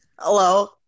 Hello